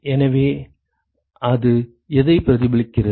எனவே அது எதை பிரதிபலிக்கிறது